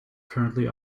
currently